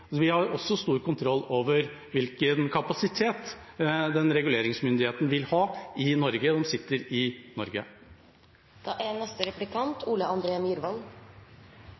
Så vi har også stor kontroll over hvilken kapasitet den reguleringsmyndigheten vil ha i Norge. De sitter i